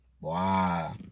Wow